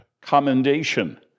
commendation